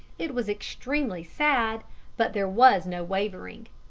it was extremely sad but there was no wavering.